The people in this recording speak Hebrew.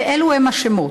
ואלו הם השמות: